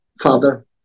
father